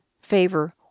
favor